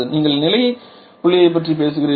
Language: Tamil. நீங்கள் எந்த நிலை புள்ளியைப் பற்றி பேசுகிறீர்கள்